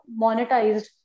monetized